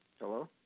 Hello